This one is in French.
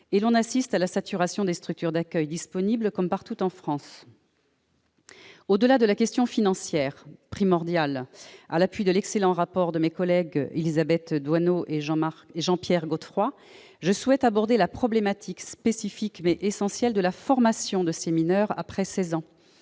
et l'on assiste à la saturation des structures d'accueil disponibles, comme partout en France. Au-delà de la question financière, primordiale, à l'appui de l'excellent rapport de mes collègues Élisabeth Doineau et Jean-Pierre Godefroy, je souhaite aborder la problématique spécifique, mais essentielle, de la formation de ces mineurs après seize ans.